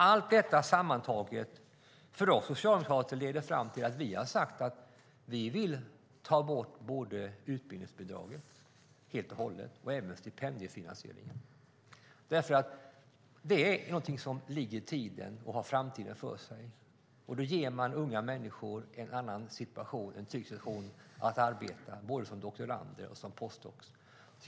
Allt detta sammantaget leder för oss socialdemokrater fram till att vi har sagt att vi vill ta bort utbildningsbidraget helt och hållet och även stipendiefinansieringen. Detta är någonting som ligger i tiden och har framtiden för sig. Man ger unga människor en annan situation att arbeta i både som doktorander och som postdoktorer.